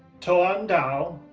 toan dao,